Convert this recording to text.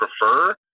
prefer